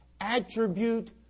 attribute